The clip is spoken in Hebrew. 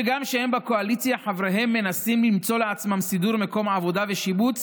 שגם כשהם בקואליציה חבריהם מנסים למצוא לעצמם סידור מקום עבודה ושיבוץ